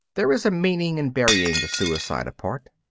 there is a meaning in burying the suicide apart.